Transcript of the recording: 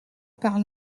par